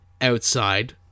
outside